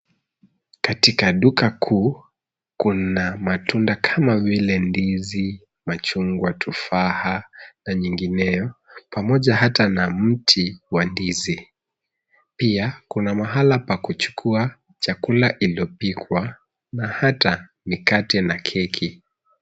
Katika duka kuu, kuna matunda kama vile ndizi, machungwa, tufaha na nyingineyo, pamoja hata na mti wa ndizi. Pia, kuna mahala pa kuchukua chakula iliyopikwa, na hata mikate na keki.